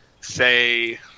say